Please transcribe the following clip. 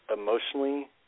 emotionally